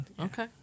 Okay